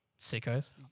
Sickos